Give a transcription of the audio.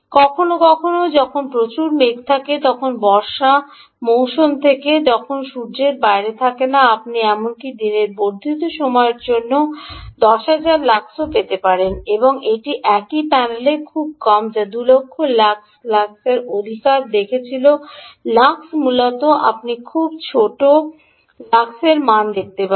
কখনও কখনও যখন প্রচুর মেঘ থাকে যখন বর্ষা মৌসুম হয় তখন সূর্য বাইরে থাকে না আপনি এমনকি দিনের বর্ধিত সময়ের জন্য 10000 লাক্সও পেতে পারেন এটি একই প্যানেলে খুব কম যা 2 লক্ষ লাক্স অধিকার দেখেছিল লাক্স মূলত আপনি খুব ছোট লাক্স মান দেখতে পাবেন